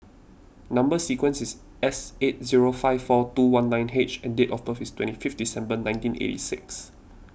Number Sequence is S eight zero five four two one nine H and date of birth is twenty fifth December nineteen eighty six